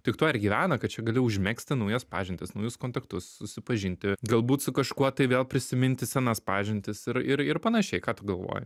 tik tuo ir gyvena kad čia gali užmegzti naujas pažintis naujus kontaktus susipažinti galbūt su kažkuo tai vėl prisiminti senas pažintis ir ir panašiai ką tu galvoji